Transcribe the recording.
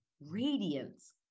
radiance